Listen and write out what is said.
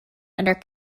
under